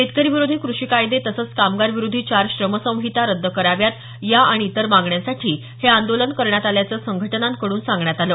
शेतकरी विरोधी कृषी कायदे तसंच कामगार विरोधी चार श्रम संहिता रद्द कराव्यात या आणि इतर मागण्यांसाठी हे आंदोलन करण्यात आल्याचं संघटनांकडून सांगण्यात आलं